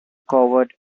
coward